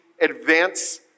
advance